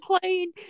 playing